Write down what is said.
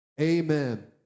amen